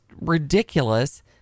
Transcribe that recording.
ridiculous